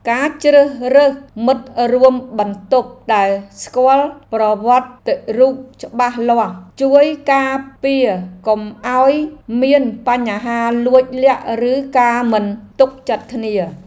ការជ្រើសរើសមិត្តរួមបន្ទប់ដែលស្គាល់ប្រវត្តិរូបច្បាស់លាស់ ជួយការពារកុំឱ្យមានបញ្ហាលួចលាក់ឬការមិនទុកចិត្តគ្នា។